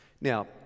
Now